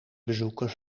bezoeken